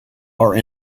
are